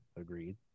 Agreed